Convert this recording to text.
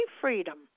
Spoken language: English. freedom